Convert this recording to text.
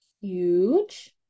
Huge